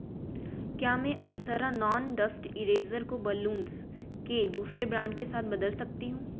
क्या मैं Apsara non dust eraser को बलून्स के दूसरे ब्रांड से बदल सकती हूँ